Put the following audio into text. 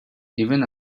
even